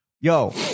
Yo